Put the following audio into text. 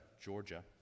Georgia